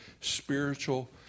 Spiritual